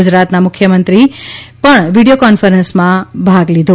ગુજરાતનાં મુખ્યમંત્રી પછી વિડીયો કોન્ફરન્સમાં ભાગ લીધા